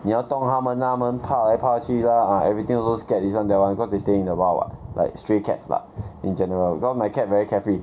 你要动它们它们怕来怕去 lah ah everything also scared this one that one cause they stay in the wild what like stray cats lah in general while my cat very carefree